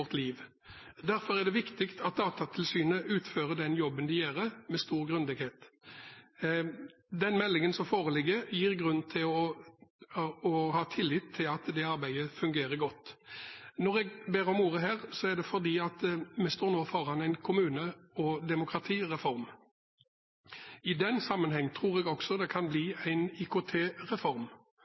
vårt liv. Derfor er det viktig at Datatilsynet utfører den jobben de gjør, med stor grundighet. Den årsmeldingen som foreligger, gir grunn til å ha tillit til at det arbeidet fungerer godt. Når jeg ber om ordet, er det fordi vi nå står foran en kommune- og demokratireform. I den sammenheng tror jeg også det kan bli en